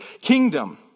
kingdom